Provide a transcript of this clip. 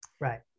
Right